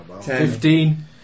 Fifteen